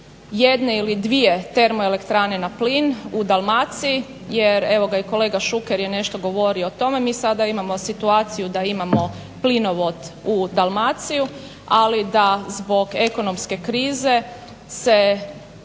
jedne ili dvije termoelektrane na plin u Dalmaciji jer evo ga i kolega Šuker je nešto govorio o tome. Mi sada imamo situaciju da imamo plinovod u Dalmaciji, ali da zbog ekonomske krize se